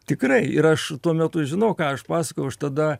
tikrai ir aš tuo metu žinau ką aš pasakojau aš tada